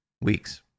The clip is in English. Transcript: Weeks